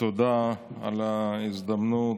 תודה על ההזדמנות.